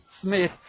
Smith